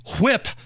whip